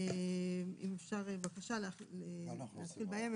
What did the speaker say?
אם נוכל להתחיל בהם.